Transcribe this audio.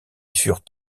furent